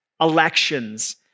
elections